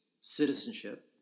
citizenship